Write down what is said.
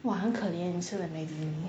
!wah! 很可怜你吃了 maggi mee